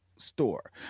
store